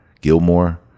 Gilmore